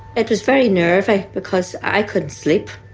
it was very nervy because i couldn't sleep.